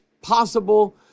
possible